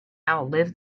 outlive